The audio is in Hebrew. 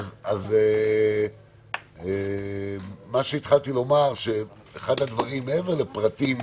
מה שהתחלתי לומר, מעבר לפרטים